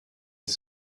des